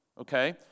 okay